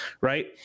right